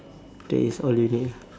that is all you need lah